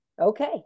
Okay